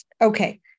Okay